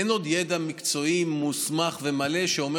אין עדיין ידע מקצועי מוסמך ומלא שאומר